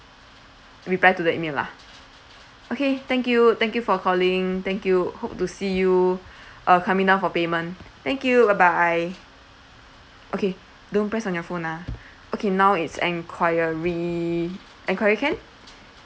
reply to the email lah okay thank you thank you for calling thank you hope to see you uh coming down for payment thank you bye bye okay don't press on your phone ah okay now it's enquiry enquiry can